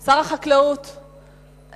שר החקלאות,